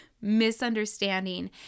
misunderstanding